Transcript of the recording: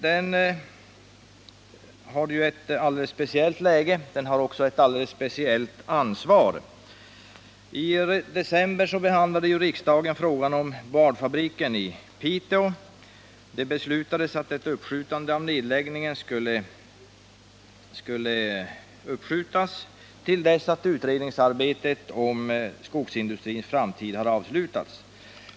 Den har ett alldeles speciellt läge och alldeles speciellt ansvar. I december förra året behandlade riksdagen frågan om boardfabriken i Piteå. Det beslöts att nedläggningen skulle uppskjutas till dess utredningsarbetet rörande skogsindustrins framtid hade avslutats.